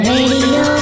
Radio